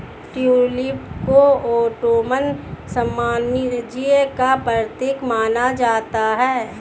tulip को Ottoman साम्राज्य का प्रतीक माना जाता है